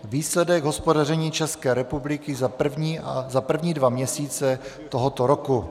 Výsledek hospodaření České republiky za první dva měsíce tohoto roku.